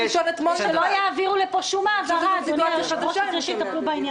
שלא יביאו לפה שום העברה עד שיטפלו בעניין הזה.